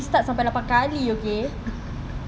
restart sampai lapan kali okay